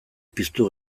piztu